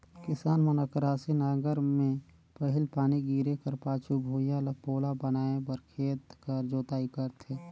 किसान मन अकरासी नांगर मे पहिल पानी गिरे कर पाछू भुईया ल पोला बनाए बर खेत कर जोताई करथे